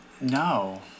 no